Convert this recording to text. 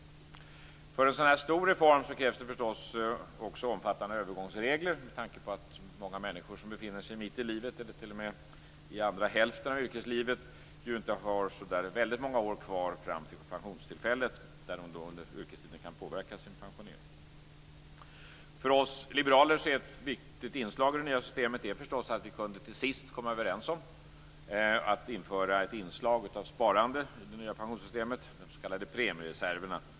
För en så här stor reform krävs det förstås också omfattande övergångsregler, med tanke på att många människor som befinner sig mitt i livet eller t.o.m. andra hälften av yrkeslivet inte har så många år kvar fram till pensionstillfället och under yrkestiden inte kan påverka sin pension. För oss liberaler är ett viktigt inslag i det nya systemet att vi till sist kunde komma överens om att införa ett inslag av sparande i detta, de s.k. premiereserverna.